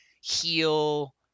heal